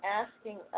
asking